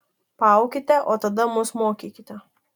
paaukite o tada mus mokykite